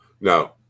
No